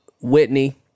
Whitney